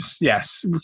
yes